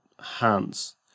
hands